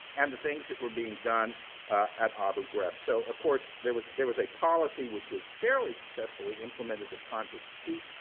and the things that were being done at abu ghraib. so of course, there was there was a policy which was fairly successfully implemented of conscious deceit.